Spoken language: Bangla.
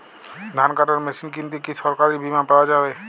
ধান কাটার মেশিন কিনতে কি সরকারী বিমা পাওয়া যায়?